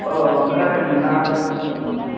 अ खोनादों नोंथाङा